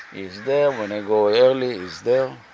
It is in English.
he's there, when i go early, he's there,